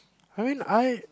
I mean I